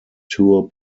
tour